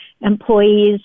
employees